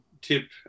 tip